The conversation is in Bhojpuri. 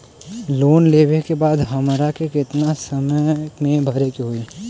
लोन लेवे के बाद हमरा के कितना समय मे भरे के होई?